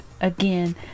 Again